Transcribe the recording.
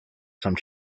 some